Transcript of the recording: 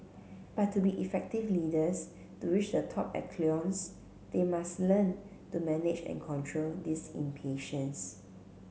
but to be effective leaders to reach the top echelons they must learn to manage and control this impatience